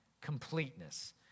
Completeness